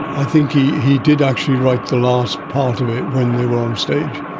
i think he he did actually write the last part of it when they were on stage,